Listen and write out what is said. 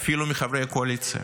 אפילו מחברי הקואליציה: